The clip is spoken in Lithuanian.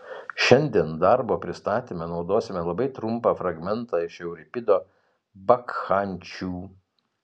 šiandien darbo pristatyme naudosime labai trumpą fragmentą iš euripido bakchančių